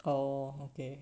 oh okay